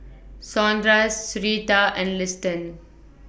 Saundra Syreeta and Liston